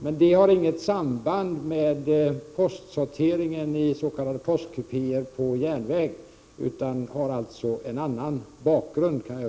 Men här finns inte något samband med postsortering i s.k. postkupéer på järnväg.